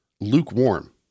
Lukewarm